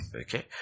okay